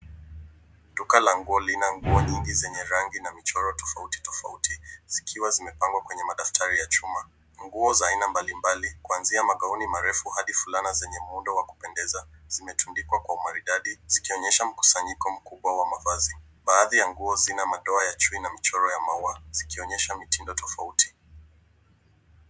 Duka la nguo lina nguo nyingi zenye rangi na michoro tofauti tofauti zikiwa zimepangwa kwenye madaftari ya chuma. Nguo za aina mbali mbali, kuanzia za gown marefu hadi fulana zenye muundo wa kupendeza. Zimerundikwa kwa maridadi zikionyesha mkusanyiko mkubwa wa mavazi. Baadhi ya nguo zina madoa ya chui na mchoro ya maua zikionyesha mitindo tofauti.